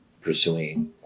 pursuing